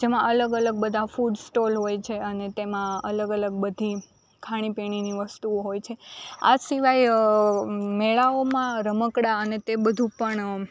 જેમાં અલગ અલગ બધા ફૂડ સ્ટોલ હોય છે અને તેમાં અલગ અલગ બધી ખાણી પીણીની વસ્તુઓ હોય છે આ સિવાય મેળાઓ રમકડા અને તે બધું પણ